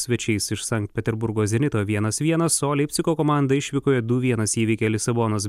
svečiais iš sankt peterburgo zenito vienas vienas o leipcigo komanda išvykoje du vienas įveikė lisabonos